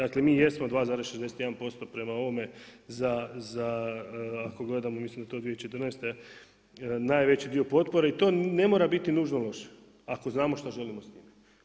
Dakle mi jesmo 2,61% prema ovome za ako gledamo, mislim da je to 2014., najveći dio potpore i to ne mora biti nužno loše ako znamo što želimo s time.